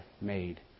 made